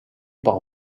par